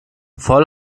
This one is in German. voll